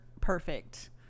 perfect